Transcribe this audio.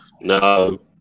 No